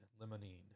limonene